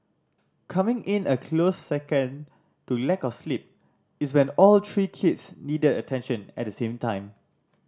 coming in a close second to lack of sleep is when all three kids need attention at the same time